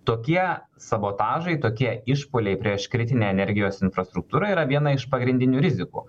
tokie sabotažai tokie išpuoliai prieš kritinę energijos infrastruktūrą yra viena iš pagrindinių rizikų